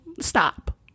Stop